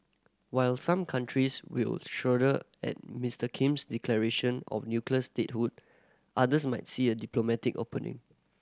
while some countries will shudder at Mister Kim's declaration of nuclear statehood others might see a diplomatic opening